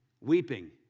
Weeping